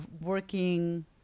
working